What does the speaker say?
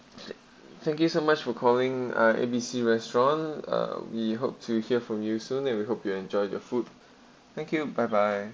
thank you so much for calling uh A_B_C restaurant uh we hope to hear from you soon and we hope you enjoy your food thank you bye bye